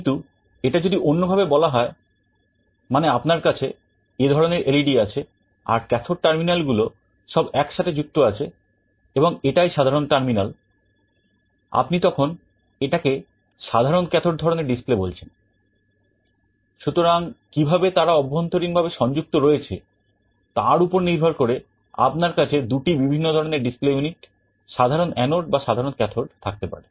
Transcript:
কিন্তু এটা যদি অন্যভাবে বলা হয় মানে আপনার কাছে এধরনের এলইডি সাধারণ অ্যানোড বা সাধারণ ক্যাথোড থাকতে পারে